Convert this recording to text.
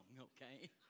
okay